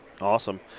Awesome